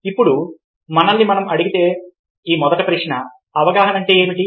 ఇప్పుడు మనల్ని మనం అడిగే మొదటి ప్రశ్న అవగాహన అంటే ఏమిటి